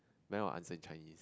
but then I will answer in Chinese